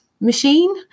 machine